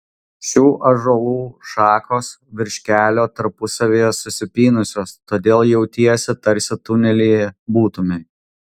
šių ąžuolų šakos virš kelio tarpusavyje susipynusios todėl jautiesi tarsi tunelyje būtumei